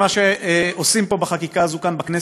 מה שעושים פה בחקיקה הזו כאן בכנסת,